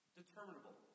determinable